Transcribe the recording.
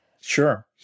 Sure